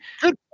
Good